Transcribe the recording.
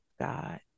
God